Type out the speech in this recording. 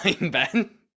Ben